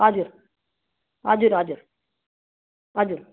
हजुर हजुर हजुर हजुर